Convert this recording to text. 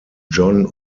john